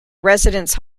residence